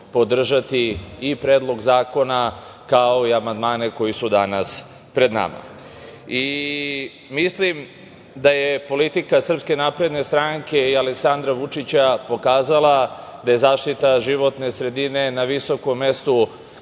podržati i Predlog zakona, kao i amandmane koji su danas pred nama. Mislim da je politika SNS i Aleksandra Vučića pokazala da je zaštita životne sredine na visokom mestu